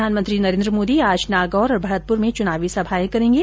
प्रधानमंत्री नरेन्द्र मोदी आज नागौर और भरतपुर में चुनावी सभाए करेंगे